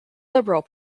liberal